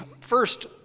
first